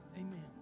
Amen